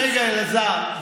רגע, אלעזר.